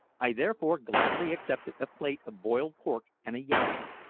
i therefore gladly accepted a plate of boiled pork and a yam,